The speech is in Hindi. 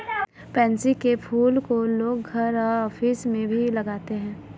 पैन्सी के फूल को लोग घर और ऑफिस में भी लगाते है